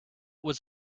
was